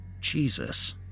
Jesus